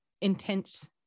intense